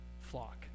flock